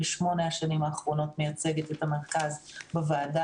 בשמונה השנים האחרונות אני מייצגת את המרכז בוועדה,